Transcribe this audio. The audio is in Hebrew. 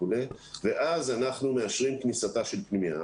ואז אנחנו מאשרים כניסתה של פנימייה.